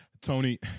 Tony